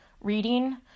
reading